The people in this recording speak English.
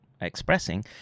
expressing